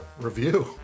review